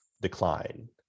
decline